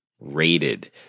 rated